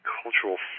cultural